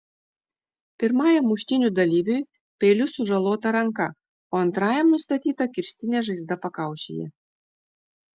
pirmajam muštynių dalyviui peiliu sužalota ranka o antrajam nustatyta kirstinė žaizda pakaušyje